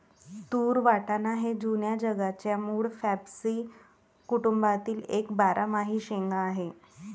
तूर वाटाणा हे जुन्या जगाच्या मूळ फॅबॅसी कुटुंबातील एक बारमाही शेंगा आहे